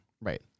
Right